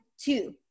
two